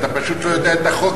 אתה פשוט לא יודע את החוק,